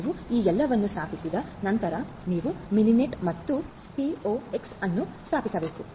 ನೀವು ಈ ಎಲ್ಲವನ್ನು ಸ್ಥಾಪಿಸಿದ ನಂತರ ನೀವು ಮಿನಿನೆಟ್ ಮತ್ತು ಪಿಒಎಕ್ಸ್ ಅನ್ನು ಸ್ಥಾಪಿಸಬೇಕು